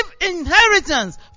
inheritance